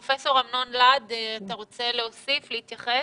פרופ' אמנון להד, אתה רוצה להוסיף ולהתייחס?